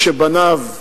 כשבניו נהרגו,